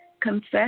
Confess